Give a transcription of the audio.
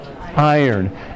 iron